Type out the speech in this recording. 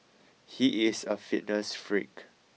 he is a fitness freak